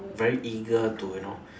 very eager to you know